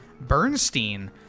Bernstein